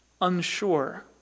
unsure